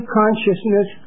consciousness